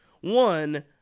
One